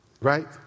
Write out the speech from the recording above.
Right